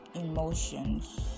emotions